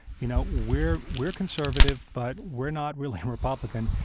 you know we're we're conservative, but we're not really republican,